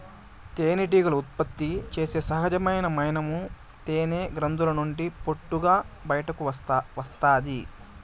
తేనెటీగలు ఉత్పత్తి చేసే సహజమైన మైనము తేనె గ్రంధుల నుండి పొట్టుగా బయటకు వస్తాది